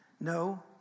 No